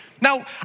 Now